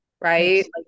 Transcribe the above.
right